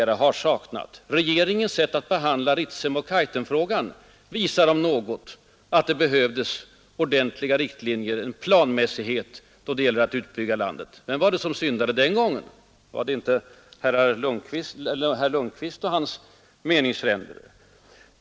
Regeringens sätt att behandla Ritsemoch Kaitumfrågan visar om något att det behövs planmässighet då det gäller att tillvarata landets resurser. Vem var det som syndade den gången? Var det inte herr Lundkvist och hans meningsfränder?